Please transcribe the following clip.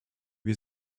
wir